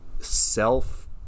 self